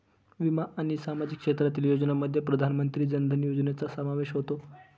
विमा आणि सामाजिक क्षेत्रातील योजनांमध्ये प्रधानमंत्री जन धन योजनेचा समावेश होतो